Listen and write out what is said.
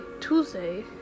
tuesday